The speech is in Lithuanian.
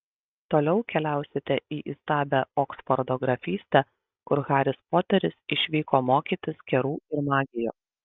toliau keliausite į įstabią oksfordo grafystę kur haris poteris išvyko mokytis kerų ir magijos